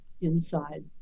inside